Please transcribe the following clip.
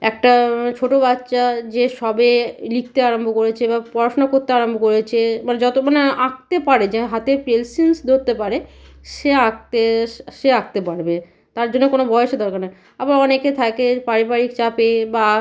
একটা ছোটো বাচ্চা যে সবে লিখতে আরাম্ভ করেছে বা পড়াশুনা করতে আরাম্ভ করেছে মানে যতক্ষণ না আঁকতে পারে যারা হাতের পেন্সিলস ধরতে পারে সে আঁকতে সে আঁকতে পারবে তার জন্য কোনো বয়েসের দরকার হয় না আবার অনেকে থাকে পারিবারিক চাপে বা